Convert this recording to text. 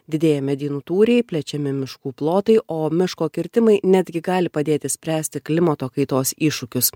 didėja medynų tūriai plečiami miškų plotai o miško kirtimai netgi gali padėti spręsti klimato kaitos iššūkius